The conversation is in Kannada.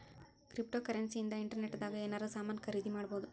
ಕ್ರಿಪ್ಟೋಕರೆನ್ಸಿ ಇಂದ ಇಂಟರ್ನೆಟ್ ದಾಗ ಎನಾರ ಸಾಮನ್ ಖರೀದಿ ಮಾಡ್ಬೊದು